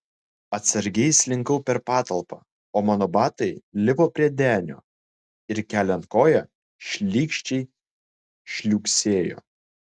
atsargiai slinkau per patalpą o mano batai lipo prie denio ir keliant koją šlykščiai žliugsėjo